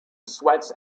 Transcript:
sweats